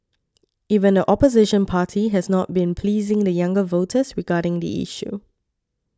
even the opposition party has not been pleasing the younger voters regarding the issue